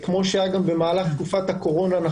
כפי שהיה בתקופת הקורונה,